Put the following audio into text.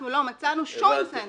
אנחנו לא מצאנו שום אינסנטיב.